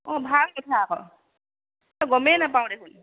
অঁ ভাল কথা আকৌ গমেই নাপাওঁ দেখোন